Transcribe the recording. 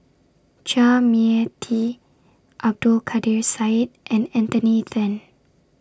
Chua Mia Tee Abdul Kadir Syed and Anthony Then